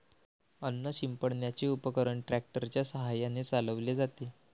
अन्न शिंपडण्याचे उपकरण ट्रॅक्टर च्या साहाय्याने चालवले जाते